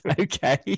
okay